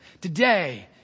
today